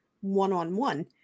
one-on-one